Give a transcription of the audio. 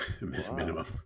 Minimum